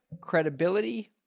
credibility